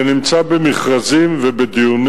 זה נמצא במכרזים ובדיונים.